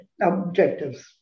objectives